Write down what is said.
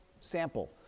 sample